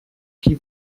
qui